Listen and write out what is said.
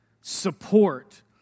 support